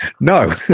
No